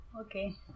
Okay